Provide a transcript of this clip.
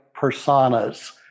personas